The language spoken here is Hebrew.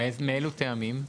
מאילו טעמים?